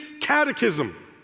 catechism